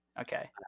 Okay